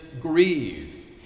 grieved